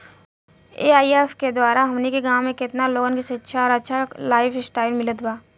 AIF के द्वारा हमनी के गांव में केतना लोगन के शिक्षा और अच्छा लाइफस्टाइल मिलल बा